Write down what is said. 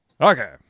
Okay